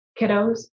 kiddos